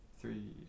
three